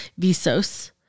Visos